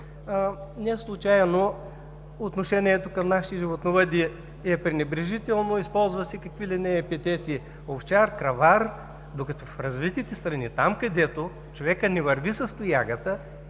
Неслучайно отношението към нашите животновъди е пренебрежително. Използват се какви ли не епитети – овчар, кравар, докато в развитите страни – там, където човекът не върви с тоягата,